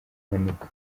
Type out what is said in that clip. mpanuka